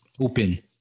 open